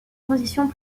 conditions